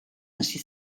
hasi